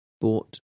bought